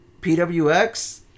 PWX